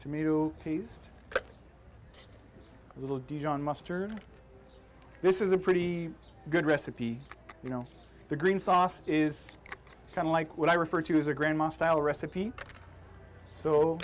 to me to taste a little dijon mustard this is a pretty good recipe you know the green sauce is kind of like what i refer to as a grandma style recipe so